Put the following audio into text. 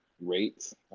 rates